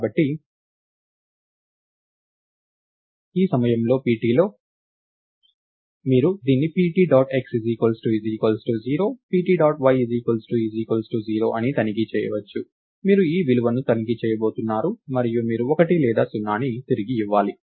ఇప్పుడు మీరు దీన్ని pt డాట్ x 0 మరియు pt డాట్ y 0 అని తనిఖీ చేయవచ్చు మీరు ఈ విలువలను తనిఖీ చేయబోతున్నారు మరియు మీరు 1 లేదా 0ని తిరిగి ఇవ్వాలి